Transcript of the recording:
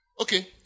Okay